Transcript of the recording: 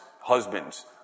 husbands